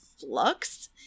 flux